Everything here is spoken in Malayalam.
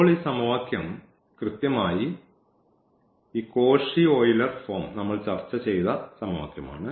ഇപ്പോൾ ഈ സമവാക്യം കൃത്യമായി ഈ കോഷി ഓയിലർ ഫോം നമ്മൾ ചർച്ച ചെയ്ത സമവാക്യമാണ്